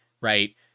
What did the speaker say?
right